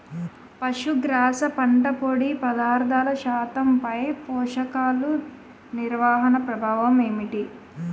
పశుగ్రాస పంట పొడి పదార్థాల శాతంపై పోషకాలు నిర్వహణ ప్రభావం ఏమిటి?